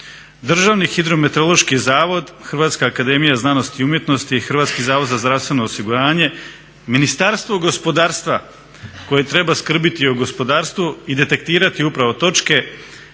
:Državni hidrometeorološki zavod, Hrvatska akademija znanosti i umjetnosti, Hrvatski zavod za zdravstveno osiguranje. Ministarstvo gospodarstva koje treba skrbiti o gospodarstvu i detektirati upravo točke.